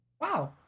Wow